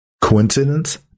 Coincidence